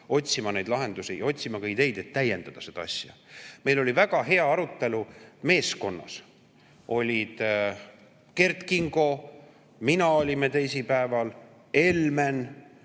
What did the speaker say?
otsima neid lahendusi ja otsima ka ideid, et täiendada seda asja. Meil oli väga hea arutelu meeskonnas. Seal olid Kert Kingo, mina olin teisipäeval, Helmen,